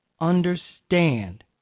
understand